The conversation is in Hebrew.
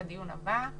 תודה רבה לכולם.